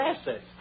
assets